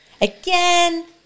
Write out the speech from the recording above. Again